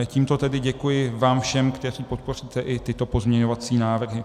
Tímto tedy děkuji vám všem, kteří podpoříte i tyto pozměňovací návrhy.